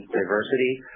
diversity